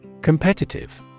Competitive